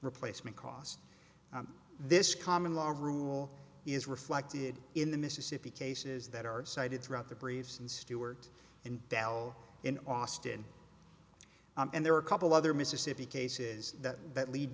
replacement costs this common law rule is reflected in the mississippi cases that are cited throughout the briefs and stewart and dell in austin and there are a couple other mississippi cases that that lead